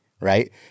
right